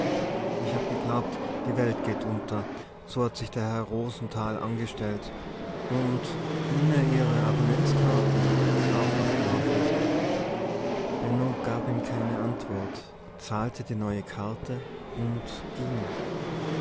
ich hab geglaubt die welt geht unter so hat der herr rosenthal angestellt unn ihne ihr abonnementskaart is aach abgelaafe benno gab ihm keine antwort zahlte die neue karte und ging